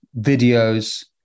videos